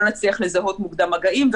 לא נצליח לזהות מוקדם מגעים,